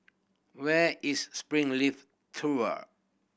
where is Springleaf Tool